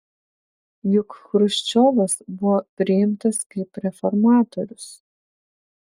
juk chruščiovas buvo priimtas kaip reformatorius